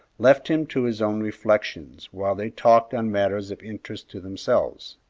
left him to his own reflections while they talked on matters of interest to themselves.